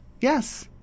Yes